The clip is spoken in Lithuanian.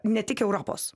ne tik europos